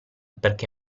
perché